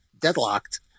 deadlocked